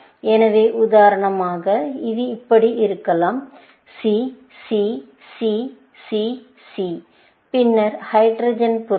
எனவே உதாரணமாக இது இப்படி இருக்கலாம் C C C C C பின்னர் ஹைட்ரஜன் பொருட்கள்